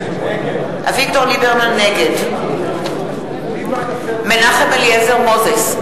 נגד מנחם אליעזר מוזס,